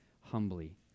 humbly